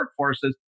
workforces